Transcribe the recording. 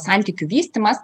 santykių vystymas